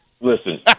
Listen